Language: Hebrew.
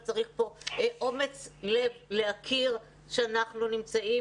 שצריך אומץ לב להכיר שאנחנו נמצאים